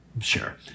sure